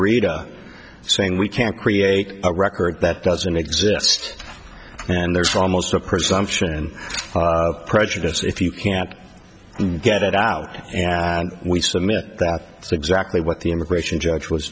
merida saying we can't create a record that doesn't exist and there's almost a presumption of prejudice if you can't get it out and we submit that exactly what the immigration judge was